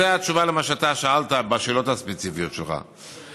זאת התשובה על מה שאתה שאלת בשאלות הספציפיות שלך.